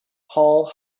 hall